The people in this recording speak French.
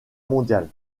mondial